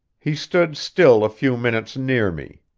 he stood still a few minutes near me.